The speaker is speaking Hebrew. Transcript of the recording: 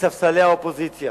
מספסלי האופוזיציה,